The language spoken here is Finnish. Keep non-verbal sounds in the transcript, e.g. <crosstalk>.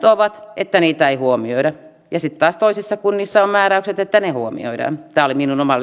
<unintelligible> ovat että niitä ei huomioida ja sitten taas toisissa kunnissa on määräykset että ne huomioidaan tämä viimeinen oli minun oma <unintelligible>